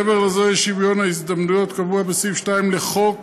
מעבר לזה, שוויון ההזדמנויות קבוע בסעיף 2 לחוק